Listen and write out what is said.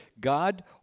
God